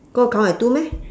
go count as two meh